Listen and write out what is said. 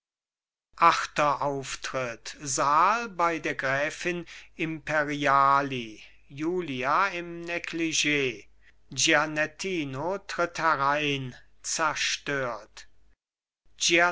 achter auftritt saal bei der gräfin imperiali julia im neglig gianettino tritt herein zerstört